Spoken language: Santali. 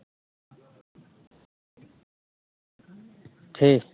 ᱴᱷᱤᱠ